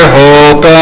hope